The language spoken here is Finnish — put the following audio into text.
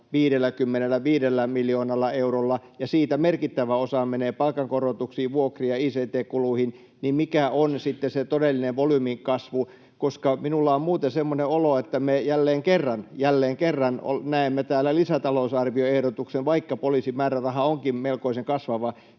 55 miljoonalla eurolla ja siitä merkittävä osa menee palkankorotuksiin, vuokriin ja ict-kuluihin, niin mikä on sitten se todellinen volyymin kasvu? Minulla on muuten semmoinen olo, että vaikka poliisin määräraha onkin melkoisen kasvava,